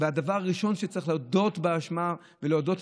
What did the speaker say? הדבר הראשון הוא שצריך להודות באשמה ולהודות,